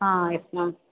ah yes ma'am